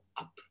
up